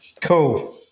Cool